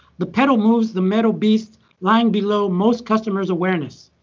the medal moves the metal beast lying below most customers' awareness.